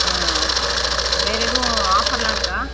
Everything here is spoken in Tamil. ஆ ஓகே ஓகே வேறு எதுவும் ஆஃபர்லா இருக்கா